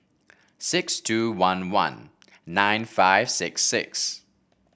six two one one nine five six six